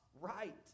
right